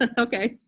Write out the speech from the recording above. ah okay.